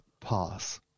pass